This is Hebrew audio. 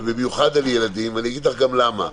ובמיוחד על ילדים אני אגיד לך גם למה.